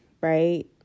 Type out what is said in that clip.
Right